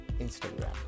Instagram